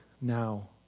now